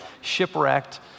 shipwrecked